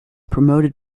promoted